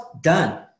done